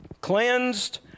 cleansed